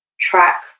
track